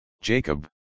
Jacob